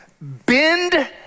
bend